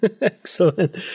Excellent